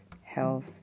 health